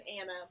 Anna